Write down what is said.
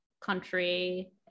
country